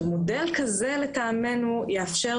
לטעמנו,